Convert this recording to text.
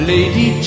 Lady